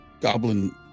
goblin